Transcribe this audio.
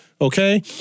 okay